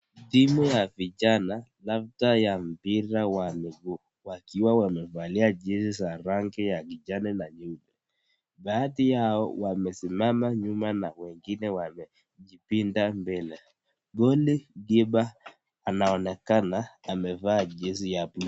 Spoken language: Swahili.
Timu ya vijana labda ya mpira wa miguu, wakiwa wamevalia jezi ya kijani na bluu baadhi yao wamesimama mbele wengine wakiwa wamejipinda mbele. Goal keeper anaonekana amevalia jezi ya bluu.